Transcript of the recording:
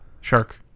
Shark